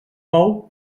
bou